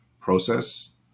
process